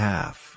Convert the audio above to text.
Half